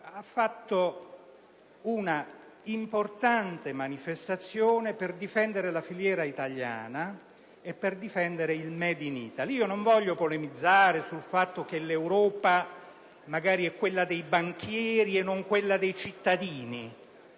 ha svolto un'importante manifestazione per difendere la filiera italiana ed il *made in Italy*. Non voglio polemizzare sul fatto che l'Europa magari è quella dei banchieri e non quella dei cittadini,